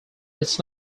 its